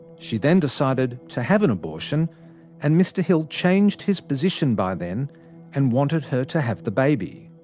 she then decided to have an abortion and mr hill changed his position by then and wanted her to have the baby.